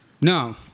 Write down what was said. No